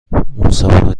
مسابقه